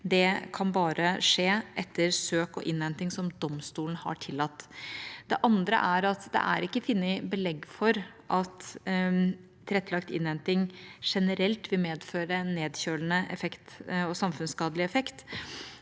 det kan bare skje etter søk og innhenting som domstolen har tillatt. Det andre er at det ikke er funnet belegg for at tilrettelagt innhenting generelt vil medføre en nedkjølende og samfunnsskadelig effekt,